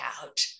out